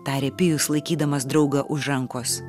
tarė pijus laikydamas draugą už rankos